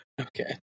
Okay